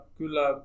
kyllä